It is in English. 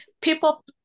People